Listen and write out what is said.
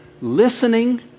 listening